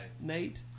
Nate